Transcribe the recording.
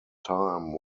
time